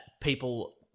people